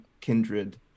kindred